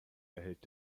erhält